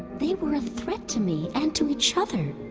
they were a threat to me and to each other.